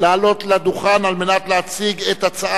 בנושא הצעת